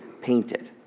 painted